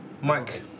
Mike